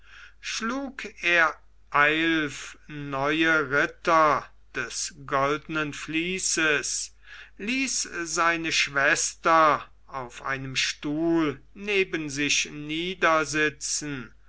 schlug er eilf neue ritter des goldenen vließes ließ seine schwester auf einem stuhl neben sich